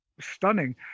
stunning